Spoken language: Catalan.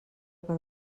per